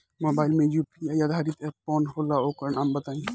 Mobile म UPI आधारित app कौन होला ओकर नाम बताईं?